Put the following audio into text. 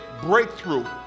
breakthrough